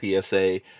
PSA